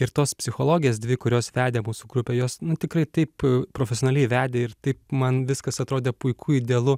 ir tos psichologės dvi kurios vedė mūsų grupę jos nu tikrai taip profesionaliai vedė ir taip man viskas atrodė puiku idealu